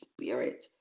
Spirit